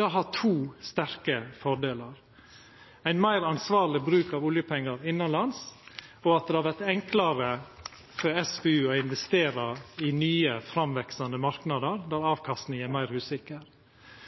Det har to sterke fordelar: ein meir ansvarleg bruk av oljepengar innanlands, og at det vert enklare for SPU å investera i nye, framveksande marknader, der